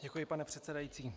Děkuji, pane předsedající.